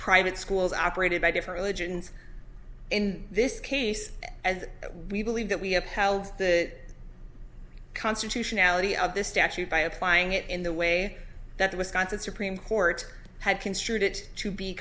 private schools are operated by different religion in this case and we believe that we have held that constitutionality of this statute by applying it in the way that the wisconsin supreme court had construed it to be